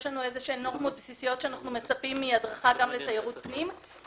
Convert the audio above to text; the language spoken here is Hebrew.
יש לנו נורמות בסיסיות שאנחנו מצפים מהדרכה גם לתיירות פנים,